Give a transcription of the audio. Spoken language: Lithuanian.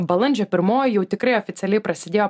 balandžio pirmoji jau tikrai oficialiai prasidėjo